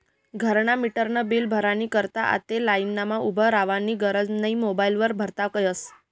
घरना मीटरनं बील भरानी करता आते लाईनमा उभं रावानी गरज नै मोबाईल वर भरता यस